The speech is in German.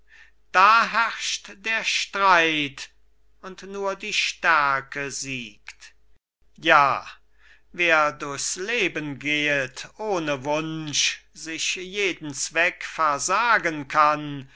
da herrscht der streit und nur die stärke siegt ja wer durchs leben gehet ohne wunsch sich jeden zweck versagen kann